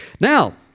Now